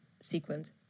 Sequence